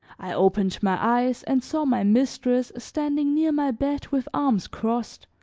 i opened my eyes and saw my mistress standing near my bed with arms crossed,